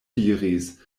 diris